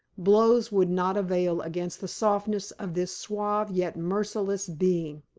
blows would not avail against the softness of this suave, yet merciless being.